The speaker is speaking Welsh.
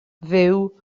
fyw